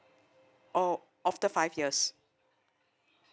oh after five years